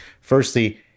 Firstly